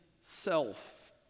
self